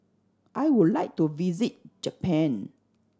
I would like to visit Japan